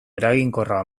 eraginkorra